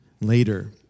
Later